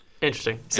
Interesting